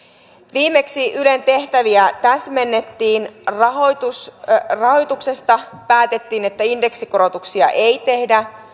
viimeksi ylen tehtäviä täsmennettiin rahoituksesta päätettiin että indeksikorotuksia ei tehdä